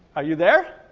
are you there?